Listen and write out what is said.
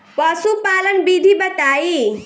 पशुपालन विधि बताई?